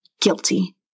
Guilty